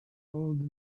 old